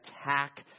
attack